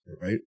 right